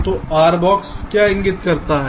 तो R⧠ क्या इंगित करता है